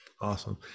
awesome